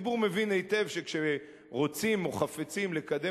הציבור מבין היטב שכשרוצים או חפצים לקדם